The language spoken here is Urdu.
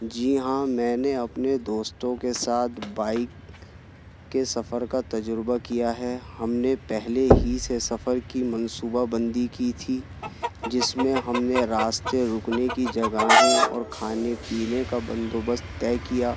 جی ہاں میں نے اپنے دوستوں کے ساتھ بائک کے سفر کا تجربہ کیا ہے ہم نے پہلے ہی سے سفر کی منصوبہ بندی کی تھی جس میں ہم نے راستے رکنے کی جگہیں اور کھانے پینے کا بندوبست طے کیا